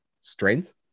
strength